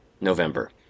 November